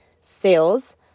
sales